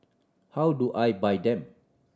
how do I buy them